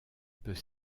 peut